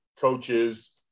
coaches